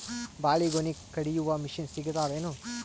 ಬಾಳಿಗೊನಿ ಕಡಿಯು ಮಷಿನ್ ಸಿಗತವೇನು?